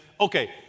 okay